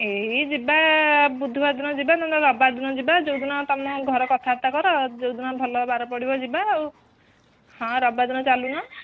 ଏଇ ଯିବା ବୁଧୁବାର ଦିନ ଯିବା ନହେଲେ ରବିବାର ଦିନ ଯିବା ଯୋଉଦିନ ତମ ଘର କଥାବାର୍ତ୍ତା କର ଯୋଉ ଦିନ ଭଲ ବାର ପଡ଼ିବ ଯିବା ଆଉ ହଁ ରବିବାର ଦିନ ଚାଲୁନ